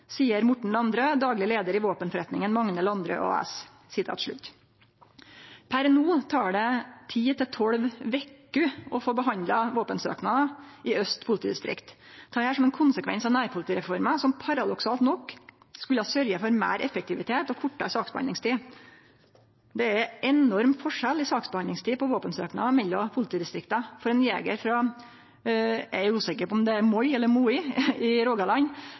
Morten Landrø, daglig leder i våpenforretningen Magne Landrø AS.» Per no tek det ti til tolv veker å få behandla våpensøknader i Øst politidistrikt. Dette er ein konsekvens av nærpolitireforma, som paradoksalt nok skulle sørgje for meir effektivitet og kortare saksbehandlingstid. Det er enorm forskjell i saksbehandlingstid på våpensøknader mellom politidistrikta. For ein jeger frå Moi i Rogaland tek søknaden tre til fire veker. For ein jeger i